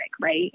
right